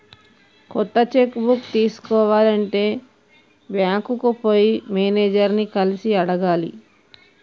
కొత్త cheque book తీసుకోవాలి అంటే బ్యాంకుకు పోయి మేనేజర్ ని కలిసి అడగాలి